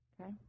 Okay